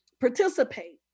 participate